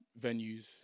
venues